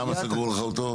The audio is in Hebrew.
למה סגרו לך אותו?